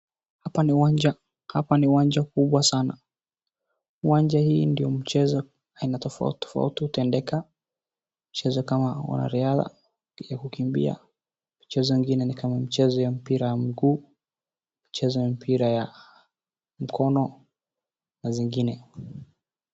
Hapa ni uwanja mkubwa sana, uwanja hii ndio mchezo tofauti tofauti hutendeka kama wanariadha ya kukimbia mchezo ingine ni kama ya mpira ya mguu mchezo ya mpira ya mkono na zingine.